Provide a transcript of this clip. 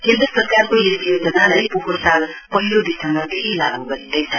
केन्द्र सरकारको यस योजनालाई पोहोर साल पहिलो दिसम्बरदेखि लागू गरिँदैछ